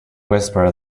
whisper